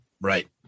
Right